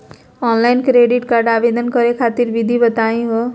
Online credit card आवेदन करे खातिर विधि बताही हो?